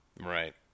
Right